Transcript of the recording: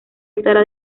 estará